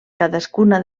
cadascuna